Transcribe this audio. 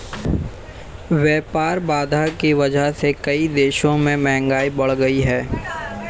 व्यापार बाधा की वजह से कई देशों में महंगाई बढ़ गयी है